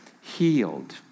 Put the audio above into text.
healed